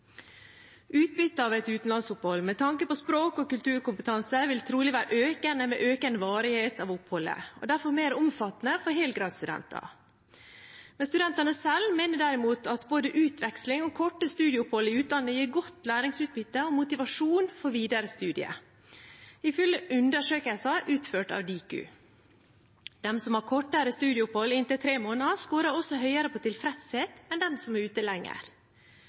av et utenlandsopphold med tanke på språk- og kulturkompetanse vil trolig være økende med økende varighet av oppholdet og derfor mer omfattende for helgradsstudenter, men studentene selv mener derimot at både utveksling og korte studieopphold i utlandet gir godt læringsutbytte og motivasjon for videre studier, ifølge undersøkelser utført av Diku. De som har kortere studieopphold på inntil tre måneder, skårer også høyere på tilfredshet enn dem som er ute lenger.